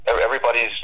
Everybody's